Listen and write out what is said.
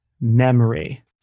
memory